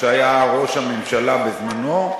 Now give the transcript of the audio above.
שהיה ראש הממשלה בזמנו,